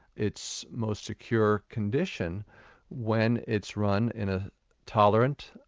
its most secure condition when it's run in a tolerant,